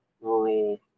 rural